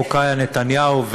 נתניהו,